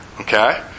Okay